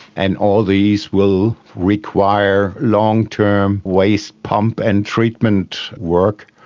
and all these will require long-term waste pump and treatment work,